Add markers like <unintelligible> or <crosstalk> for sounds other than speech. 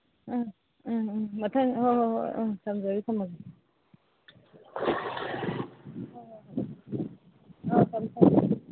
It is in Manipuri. ꯑꯥ ꯑꯥ ꯑꯥ ꯃꯊꯪ ꯍꯣꯏ ꯍꯣꯏ ꯍꯣꯏ ꯑꯥ ꯊꯝꯖꯔꯦ ꯊꯝꯃꯒꯦ <unintelligible>